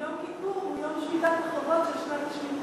יום כיפור הוא יום שמיטת החובות של שנת השמיטה,